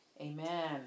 Amen